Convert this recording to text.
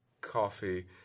coffee